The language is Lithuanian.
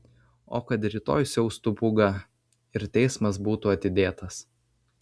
o kad rytoj siaustų pūga ir teismas būtų atidėtas